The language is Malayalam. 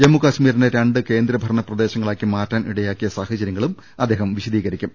ജമ്മു കശ്മീരിനെ രണ്ട് കേന്ദ്രഭരണ പ്രദേശങ്ങളാക്കി മാറ്റാൻ ഇടയാക്കിയ സാഹചര്യങ്ങളും അദ്ദേഹം വിശദീകരിക്കും